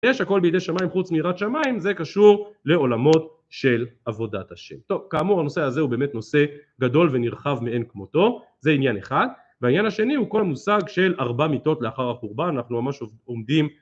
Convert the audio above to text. יש הכל בידי שמיים חוץ מיראת שמיים זה קשור לעולמות של עבודת השם. טוב כאמור הנושא הזה הוא באמת נושא גדול ונרחב מאין כמותו. זה עניין אחד, והעניין השני הוא כל מושג של ארבע מיתות לאחר החורבן אנחנו ממש עומדים